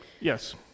Yes